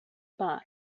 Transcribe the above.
برق